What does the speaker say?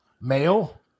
male